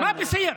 (אומר בערבית: